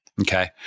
Okay